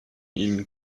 ihn